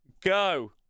go